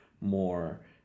more